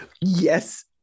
Yes